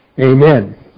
amen